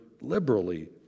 liberally